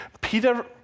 Peter